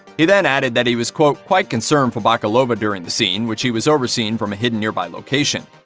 he then added that he was, quote, quite concerned for bakalova during the scene, which he was overseeing from a hidden nearby location.